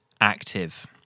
active